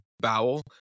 bowel